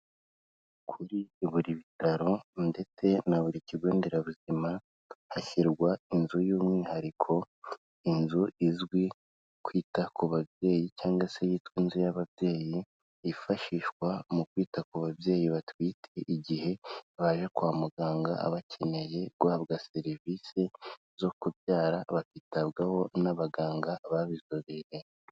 Kuri buri bitaro ndetse na buri kigo nderabuzima hashyirwa inzu y'umwihariko, inzu izwi kwita ku babyeyi cyangwa se yitwa inzu y'ababyeyi, yifashishwa mu kwita ku babyeyi batwite, igihe baje kwa muganga bakeneye guhabwa serivisi zo kubyara bakitabwaho n'abaganga babizobereye.